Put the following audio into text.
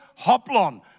hoplon